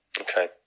Okay